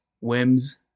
whims